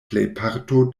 plejparto